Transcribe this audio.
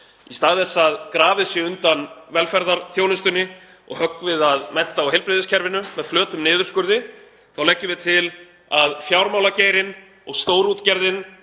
Í stað þess að grafið sé undan velferðarþjónustunni og höggvið að mennta- og heilbrigðiskerfinu með flötum niðurskurði þá leggjum við til að fjármálageirinn og stórútgerðin